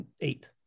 eight